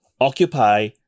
occupy